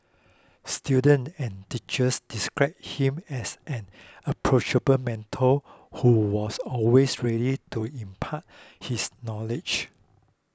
students and teachers described him as an approachable mentor who was always ready to impart his knowledge